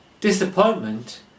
Disappointment